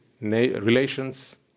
relations